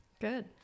good